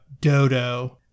Dodo